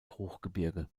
hochgebirge